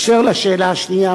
אשר לשאלה השנייה,